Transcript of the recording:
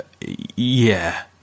yeah